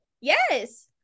yes